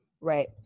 Right